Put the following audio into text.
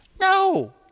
No